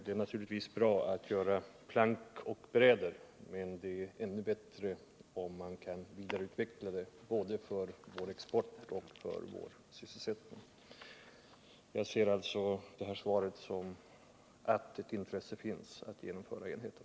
Det är naturligtvis bra att göra plank och bräder, men det är ännu bättre om man kan vidareutveckla — både för exporten och för vår sysselsättning. Det här svaret ser jag alltså så, att ett intresse finns för att genomföra enheten.